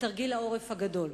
בתרגיל העורף הגדול.